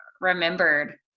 remembered